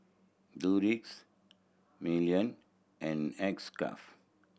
Doux Milan and X Craft